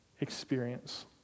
experience